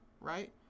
right